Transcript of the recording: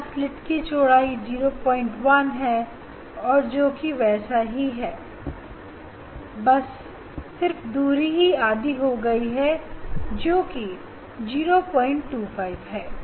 वहां स्लेट की चौड़ाई 01 है जो कि वैसी ही है बस सिर्फ की दूरी आधी हो गई है जो कि 025 है